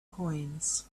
coins